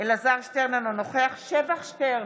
אלעזר שטרן, אינו נוכח שבח שטרן,